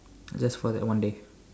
just for that one day